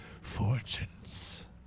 fortunes